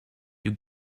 you